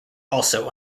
also